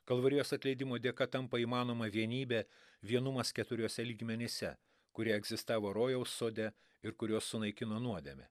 kalvarijos atleidimo dėka tampa įmanoma vienybė vienumas keturiuose lygmenyse kurie egzistavo rojaus sode ir kuriuos sunaikino nuodėmė